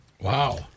Wow